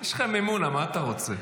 יש לכם מימונה, מה אתה רוצה?